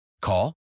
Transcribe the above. call